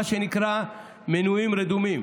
מה שנקרא מנויים רדומים.